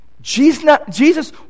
Jesus